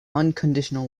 unconditional